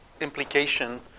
implication